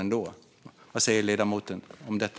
Vad säger ledamoten om detta?